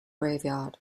graveyard